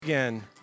Again